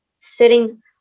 sitting